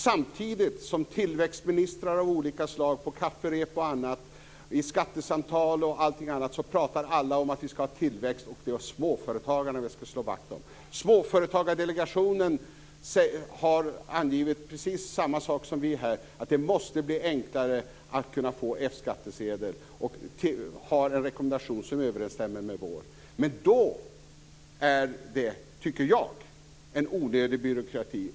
Samtidigt talar bl.a. tillväxtministrar av olika slag på kafferep, i skattesamtal osv. om att vi skall ha tillväxt och skall slå vakt om just småföretagarna. Småföretagsdelegationen har angivit precis samma sak som vi, att det måste bli enklare att få F skattsedel och har en rekommendation som överensstämmer med vår. Men då är det, tycker jag, en onödig byråkrati.